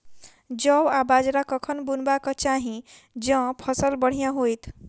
जौ आ बाजरा कखन बुनबाक चाहि जँ फसल बढ़िया होइत?